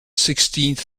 sixteenth